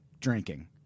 drinking